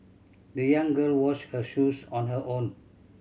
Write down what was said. the young girl washed her shoes on her own